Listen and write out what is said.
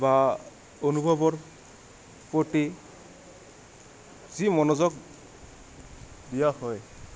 বা অনুভৱৰ প্ৰতি যি মনোযোগ দিয়া হয়